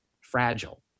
fragile